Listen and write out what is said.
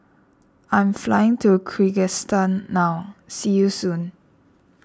I am flying to Kyrgyzstan now see you soon